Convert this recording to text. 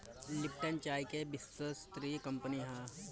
Lipton चाय के विश्वस्तरीय कंपनी हअ